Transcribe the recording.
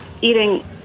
eating